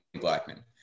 Blackman